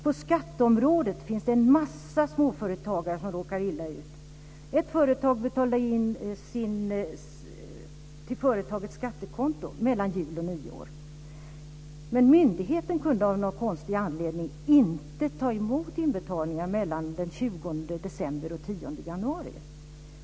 På skatteområdet finns det en massa småföretagare som råkar illa ut. Ett företag betalade in till företagets skattekonto mellan jul och nyår, men myndigheten kunde av någon konstig anledning inte ta emot inbetalningar mellan den 20 december och den 10 januari.